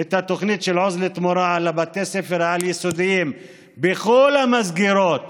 את התוכנית עוז לתמורה על בתי הספר העל-יסודיים בכל המסגרות